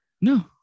No